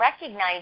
recognize